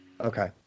Okay